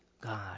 God